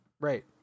Right